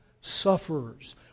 sufferers